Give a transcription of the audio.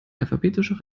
alphabetischer